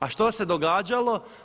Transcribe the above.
A što se događalo?